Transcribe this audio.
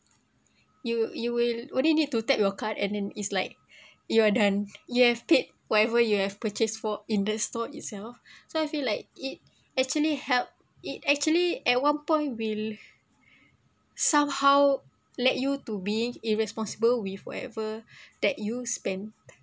you w~ you will only need to tap your card and then it's like you are done you have paid whatever you have purchase for in the store itself so I feel like it actually help it actually at one point will somehow led you to be irresponsible with wherever that you spend